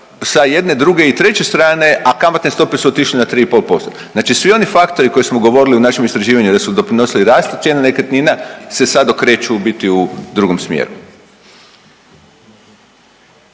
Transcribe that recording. sa jedne, druge i treće strane, a kamatne stope su otišle na 3,5%. Znači svi oni faktori koje smo govorili u našem istraživanju da su doprinosili rastu cijena nekretnina se sad okreću u biti u drugom smjeru.